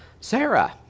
Sarah